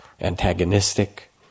antagonistic